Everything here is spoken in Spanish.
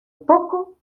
poco